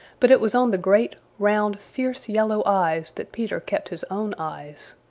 but it was on the great, round, fierce, yellow eyes that peter kept his own eyes.